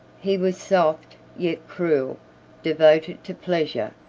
he was soft, yet cruel devoted to pleasure,